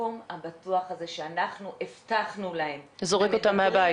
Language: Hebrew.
והמקום הבטוח הזה שאנחנו הבטחנו להם --- זורק אותם מהבית.